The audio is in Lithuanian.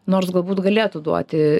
nors galbūt galėtų duoti